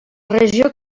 regió